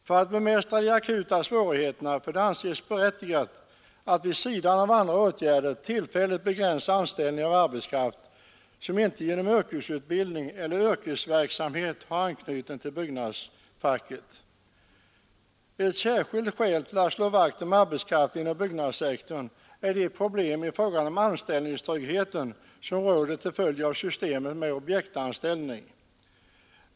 För att bemästra de akuta svårigheterna får det anses berättigat att vid sidan av andra åtgärder tillfälligt begränsa anställning av arbetskraft som inte genom yrkesutbildning eller yrkesverksamhet har anknytning till byggnadsfacket. Ett särskilt skäl till att slå vakt om arbetskraften inom byggnadssektorn är de problem i fråga om anställningstryggheten som råder till följd av systemet med objektanställning.